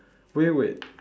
wait wait